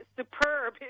superb